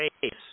face